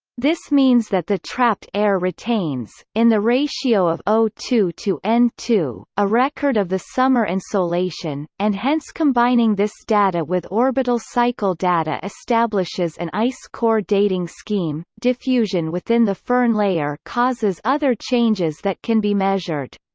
this means that the trapped air retains, in the ratio of o two to n two, a record of the summer insolation, and hence combining this data with orbital cycle data establishes an ice core dating scheme diffusion within the firn layer causes other changes that can be measured.